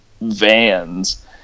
vans